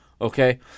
okay